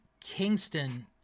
Kingston